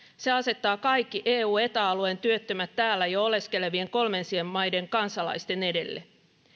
se asettaa kaikki eu ja eta alueen työttömät täällä jo oleskelevien kolmansien maiden kansalaisten edelle